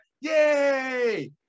yay